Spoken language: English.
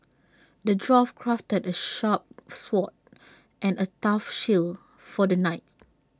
the dwarf crafted A sharp sword and A tough shield for the knight